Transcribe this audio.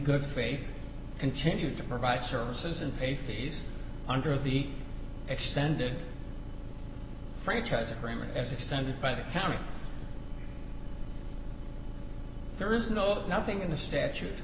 good faith continue to provide services and pay fees under the extended franchise agreement as extended by the county there is no nothing in the statute